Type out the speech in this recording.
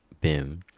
Bim